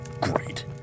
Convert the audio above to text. Great